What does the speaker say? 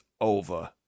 over